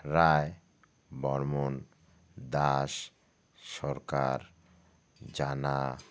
রায় বর্মন দাস সরকার জানা